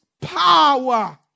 power